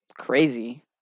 Crazy